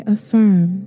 affirm